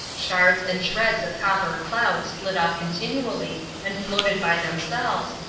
shards and shreds of copper cloud split off continually and floated by themselves,